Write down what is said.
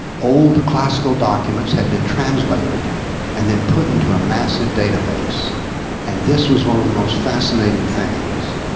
old classical documents had been translated and then put into a massive database and this was one of the most fascinating things.